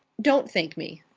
don't thank me.